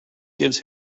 gives